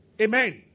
Amen